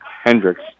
Hendricks